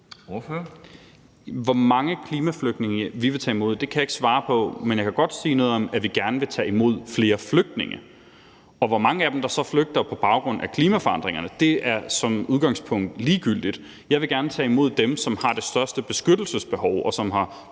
Hvor mange klimaflygtninge vi vil tage imod, kan jeg ikke svare på, men jeg kan godt sige noget om, at vi gerne vil tage imod flere flygtninge. Hvor mange af dem, der flygter på baggrund af klimaforandringerne, er som udgangspunkt ligegyldigt. Jeg vil gerne tage imod dem, som har det største beskyttelsesbehov, og som har